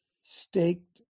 Staked